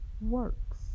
works